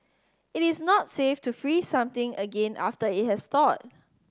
it is not safe to freeze something again after it has thawed